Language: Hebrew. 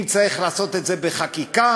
אם צריך לעשות את זה בחקיקה,